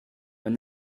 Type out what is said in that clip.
when